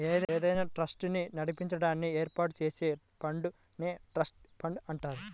ఏదైనా ట్రస్ట్ ని నడిపించడానికి ఏర్పాటు చేసే ఫండ్ నే ట్రస్ట్ ఫండ్ అంటారు